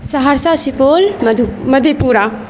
Saharsa Supaul مدھے Pura